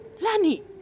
Lani